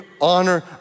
honor